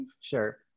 Sure